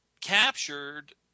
captured